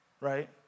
right